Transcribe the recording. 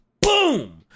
boom